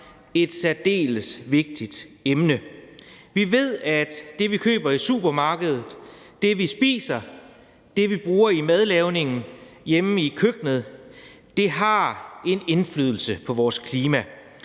et særdeles vigtigt emne. Vi ved, at det, vi køber i supermarkedet, det, vi spiser, det, vi bruger i madlavningen hjemme i køkkenet, har en indflydelse på vores klima,